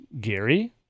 Gary